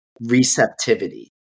receptivity